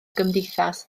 gymdeithas